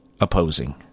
opposing